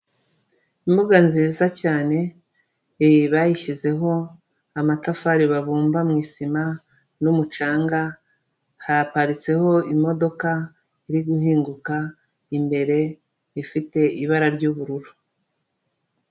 Imbuga nziza cyane bayishyizeho amatafari babumba mu isima n'umucanga, haparitseho imodoka iri guhinguka imbere ifite ibara ry'ubururu.